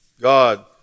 God